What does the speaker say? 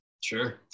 Sure